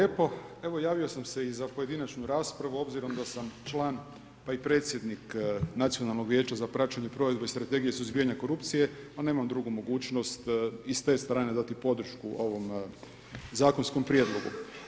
Evo javio sam se i za pojedinačnu raspravu obzirom da sam član pa i predsjednik Nacionalnog vijeća za praćenje provedbe Strategije suzbijanja korupcije, a nemam mogućnost i s te strane dati podršku ovom zakonskom prijedlogu.